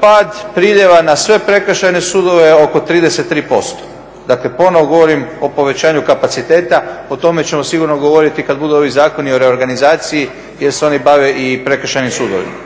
Pad priljeva na sve Prekršajne sudove oko 33%, dakle ponovo govorim o povećanju kapaciteta. O tome ćemo sigurno govoriti kad budu ovi zakoni o reorganizaciji jer se oni bave i Prekršajnim sudovima.